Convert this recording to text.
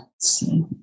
see